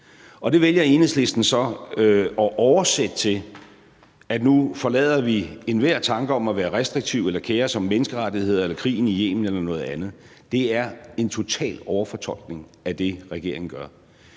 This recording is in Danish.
Og det vælger Enhedslisten så at oversætte til, at nu forlader vi enhver tanke om at være restriktive eller kere os om menneskerettigheder eller krigen i Yemen eller noget andet. Det er en total overfortolkning af det, regeringen gør.